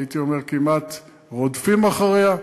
הייתי אומר כמעט רודפים אחריה,